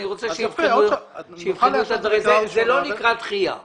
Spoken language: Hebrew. אני אמרתי קודם שההצעה היא להגביל את הסמכות של שר האוצר,